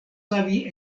savi